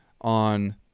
on